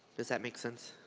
does that make sense?